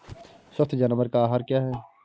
स्वस्थ जानवर का आहार क्या है?